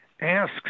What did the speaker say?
asks